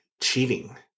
cheating